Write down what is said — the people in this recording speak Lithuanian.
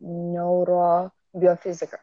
neuro biofiziką